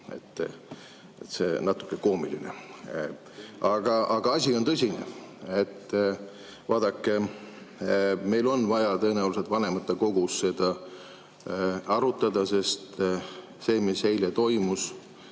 See on natuke koomiline. Aga asi on tõsine. Vaadake, meil on vaja tõenäoliselt vanematekogus seda arutada, sest see, mis eile toimus,